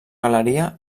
galeria